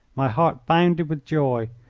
my heart bounded with joy.